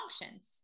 functions